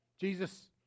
Jesus